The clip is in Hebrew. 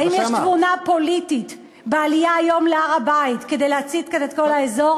האם יש תבונה פוליטית בעלייה היום להר-הבית כדי להצית כאן את כל האזור?